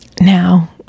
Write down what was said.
Now